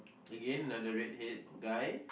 again like the red head guy